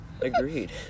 Agreed